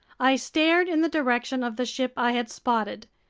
i stared in the direction of the ship i had spotted.